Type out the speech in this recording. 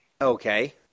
Okay